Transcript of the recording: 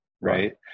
Right